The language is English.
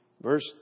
Verse